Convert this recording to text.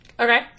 Okay